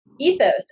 ethos